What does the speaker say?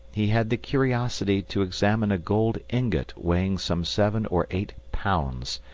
he had the curiosity to examine a gold ingot weighing some seven or eight pounds.